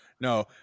no